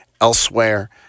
elsewhere